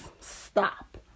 stop